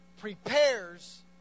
prepares